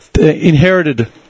inherited